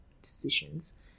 decisions